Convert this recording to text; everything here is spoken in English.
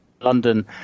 London